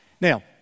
Now